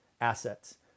assets